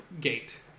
gate